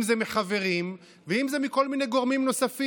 אם זה מחברים, ואם זה מכל מיני גורמים נוספים.